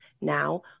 now